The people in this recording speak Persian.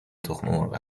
تخممرغ